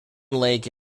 lake